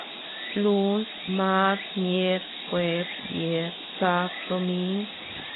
Luns mars mierk jueps vier sab domin